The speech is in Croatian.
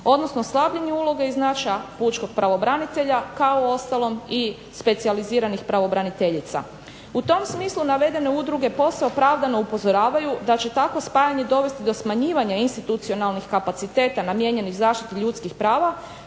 odnosno slabljenju uloge i značaja pučkog pravobranitelja kao uostalom i specijaliziranih pravobraniteljica. U tom smislu navedene udruge posve opravdano upozoravaju da će tako spajanje dovesti do smanjivanja institucionalnih kapaciteta namijenjenih zaštiti ljudskih prava